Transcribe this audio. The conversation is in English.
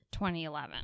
2011